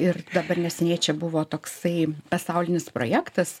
ir dabar neseniai čia buvo toksai pasaulinis projektas